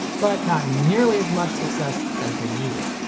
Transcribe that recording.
but not nearly as much success as they needed.